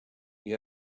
you